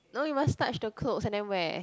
no you must touch the clothes and then wear